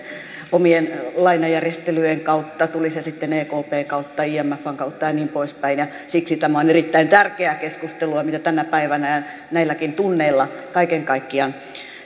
omien lainajärjestelyjen kautta tuli se sitten ekpn kautta imfn kautta ja niin poispäin siksi tämä on erittäin tärkeää keskustelua mitä tänä päivänä ja näinäkin tunteina kaiken kaikkiaan